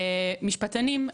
משפטנים,